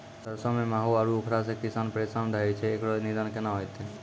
सरसों मे माहू आरु उखरा से किसान परेशान रहैय छैय, इकरो निदान केना होते?